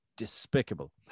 despicable